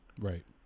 Right